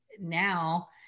now